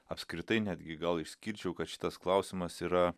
apskritai netgi gal išskirčiau kad šitas klausimas yra